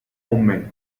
homemade